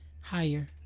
higher